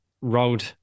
road